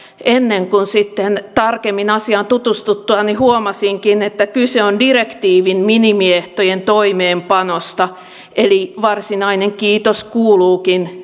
ennen kuin sitten tarkemmin asiaan tutustuttuani huomasinkin että kyse on direktiivin minimiehtojen toimeenpanosta eli varsinainen kiitos kuuluukin